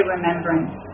remembrance